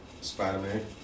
Spider-Man